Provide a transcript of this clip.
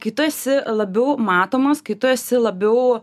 kai tu esi labiau matomos kai tu esi labiau